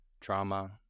trauma